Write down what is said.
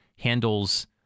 handles